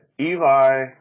Eli